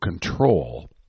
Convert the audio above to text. control